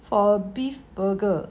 for beef burger